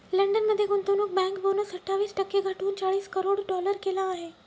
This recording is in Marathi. लंडन मध्ये गुंतवणूक बँक बोनस अठ्ठावीस टक्के घटवून चाळीस करोड डॉलर केला आहे